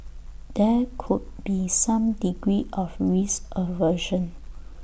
there could be some degree of risk aversion